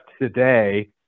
today